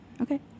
okay